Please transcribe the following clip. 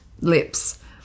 lips